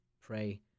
pray